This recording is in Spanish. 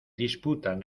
disputan